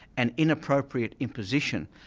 and inappropriate imposition,